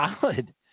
solid